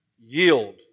Yield